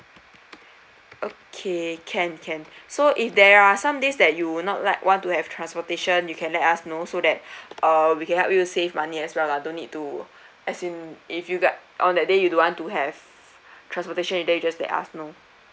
okay can can so if there are some days that you would not like want to have transportation you can let us know so that uh we can help you save money as well lah don't need to as in if you got on that day you don't want to have transportation then you just let us know